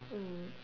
mm